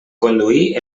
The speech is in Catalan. conduir